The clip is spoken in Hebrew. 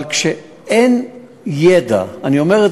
אבל כשאין ידע, אמרתי